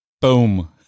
boom